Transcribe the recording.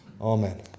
Amen